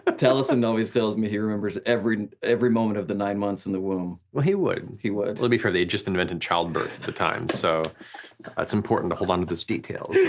ah and always tells me he remembers every every moment of the nine months in the womb. well he would. he would. well to be fair they had just invented childbirth at the time, so that's important to hold onto those details.